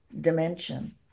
dimension